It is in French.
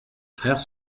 frères